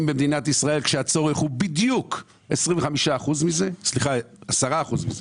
במדינת ישראל כאשר הצורך הוא בדיוק 10 אחוזים מזה.